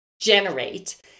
generate